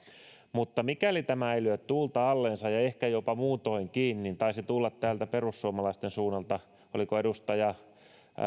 mutta mikäli tämä ei lyö tuulta allensa ja ehkä jopa muutoinkin se taisi tulla perussuomalaisten suunnalta oliko edustaja